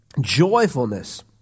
joyfulness